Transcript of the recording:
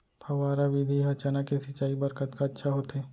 फव्वारा विधि ह चना के सिंचाई बर कतका अच्छा होथे?